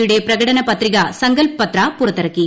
യുടെ പ്രകടന് പത്രിക സങ്കൽപ്പത്ര പുറത്തിറക്കി